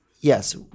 yes